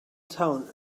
town